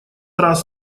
раз